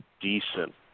decent